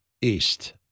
East